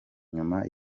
nyuma